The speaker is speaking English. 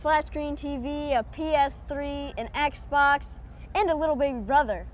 flat screen t v p s three an x box and a little big brother